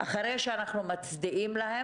אחרי שאנחנו מצדיעים להם,